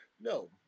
no